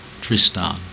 Tristan